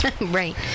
Right